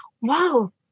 Wow